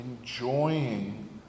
enjoying